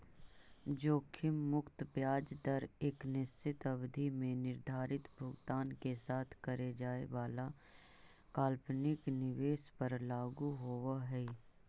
जोखिम मुक्त ब्याज दर एक निश्चित अवधि में निर्धारित भुगतान के साथ करे जाए वाला काल्पनिक निवेश पर लागू होवऽ हई